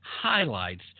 highlights